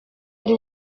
ari